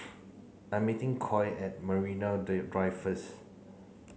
I meeting Coy at Marine Day Drive first